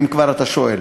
אם כבר אתה שואל.